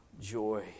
joy